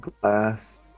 Glass